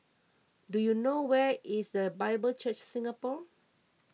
do you know where is the Bible Church Singapore